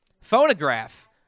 Phonograph